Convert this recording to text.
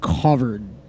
covered